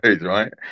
right